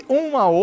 uma